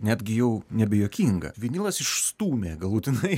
netgi jau nebejuokinga vinilas išstūmė galutinai